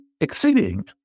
exceeding